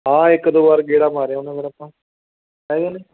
ਹਾਂ ਇੱਕ ਦੋ ਵਾਰ ਗੇੜਾ ਮਾਰਿਆ ਆਉਂਦੇ ਫਿਰ ਆਪਾਂ ਹੈ ਕਿ ਨਹੀਂ